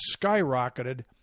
skyrocketed